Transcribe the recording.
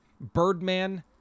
Birdman